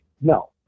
no